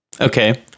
okay